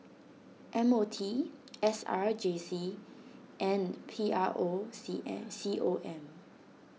M O T S R J C and P R O C M C O M